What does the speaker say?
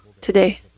today